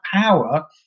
power